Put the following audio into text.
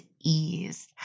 ease